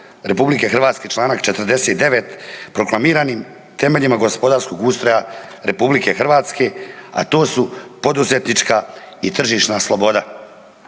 Republike Hrvatske članak 49. proklamiranim temeljima gospodarskog ustroja Republike Hrvatske, a to su poduzetnička i tržišna sloboda.